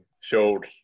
showed